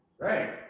Right